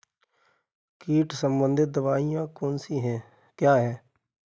कीट संबंधित दवाएँ क्या हैं?